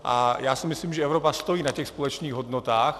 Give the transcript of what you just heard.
A myslím si, že Evropa stojí na těch společných hodnotách.